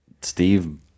Steve